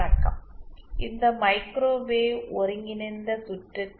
வணக்கம் இந்த மைக்ரோவேவ் ஒருங்கிணைந்த சுற்றுகள்